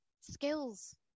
skills